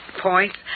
points